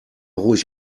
ruhig